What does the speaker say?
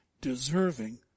deserving